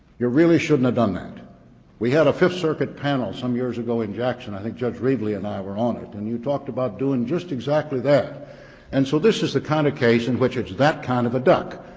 you really shouldn't have done that we had a fifth circuit panel some years ago in jackson i think judge reeve lee and i were on it and you talked about doing just exactly that and so this is the kind of case in which it's that kind of a duck.